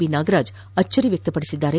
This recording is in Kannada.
ಬಿ ನಾಗರಾಜ್ ಅಚ್ಚರಿ ವ್ಯಕ್ತಪಡಿಸಿದ್ದಾರೆ